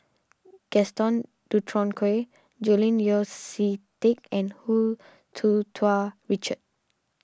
Gaston Dutronquoy Julian Yeo See Teck and Hu Tsu Tau Richard